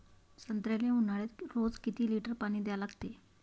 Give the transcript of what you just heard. संत्र्याले ऊन्हाळ्यात रोज किती लीटर पानी द्या लागते?